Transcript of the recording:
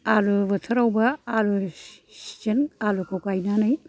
आलु बोथोरावबो आलु चिजोन आलुखौ गायनानै